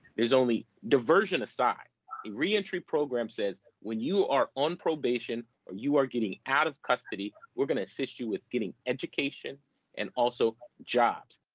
there's only, diversion aside, a re-entry program says when you are on probation or you are getting out of custody we're gonna assist you with getting education and also jobs.